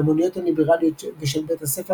לאמנויות הליברליות ושל בית הספר